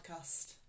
podcast